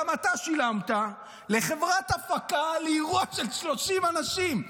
גם אתה שילמת, לחברת ההפקה על אירוע של 30 אנשים.